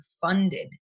funded